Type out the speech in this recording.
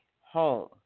Home